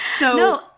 No